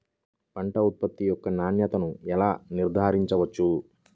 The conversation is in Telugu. పంట ఉత్పత్తి యొక్క నాణ్యతను ఎలా నిర్ధారించవచ్చు?